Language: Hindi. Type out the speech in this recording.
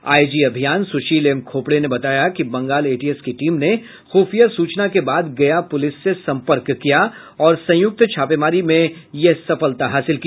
आईजी अभियान सुशील एम खोपड़े ने बताया कि बंगाल एटीएस की टीम ने ख़ुफिया सूचना के बाद गया पुलिस से संपर्क किया और संयुक्त छापेमारी में यह सफलता हासिल की